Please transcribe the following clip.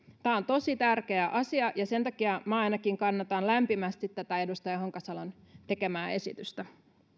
tämä on tosi tärkeä asia ja sen takia minä ainakin kannatan lämpimästi tätä edustaja honkasalon tekemää esitystä